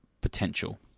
potential